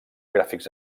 gràfics